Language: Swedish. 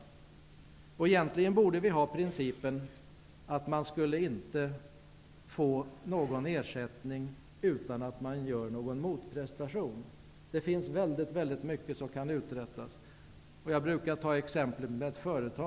Vi borde egentligen ha principen att man inte skall få någon ersättning utan att man gör någon motprestation. Det finns väldigt mycket som kan uträttas. Jag brukar ta ett företag som exempel.